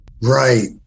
Right